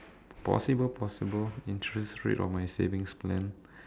possible possible interest rate on my savings plan